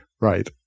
Right